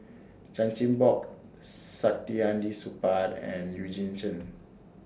Chan Chin Bock Saktiandi Supaat and Eugene Chen